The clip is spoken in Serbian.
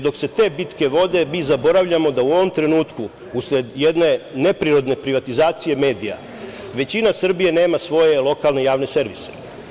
Dok se te bitke vode mi zaboravljamo da u ovom trenutku usled jedne neprirodne privatizacije medija većina Srbije nema svoje lokalne javne servise.